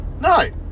No